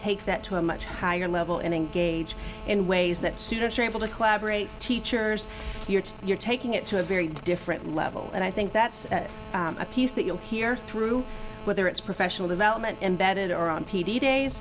take that to a much higher level and engage in ways that students are able to collaborate teachers you're taking it to a very different level and i think that's a piece that you'll hear through whether it's professional development embedded or on p d days